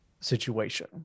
situation